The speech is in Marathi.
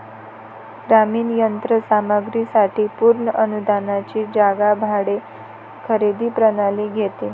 ग्रामीण यंत्र सामग्री साठी पूर्ण अनुदानाची जागा भाडे खरेदी प्रणाली घेते